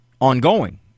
ongoing